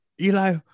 Eli